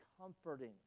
comforting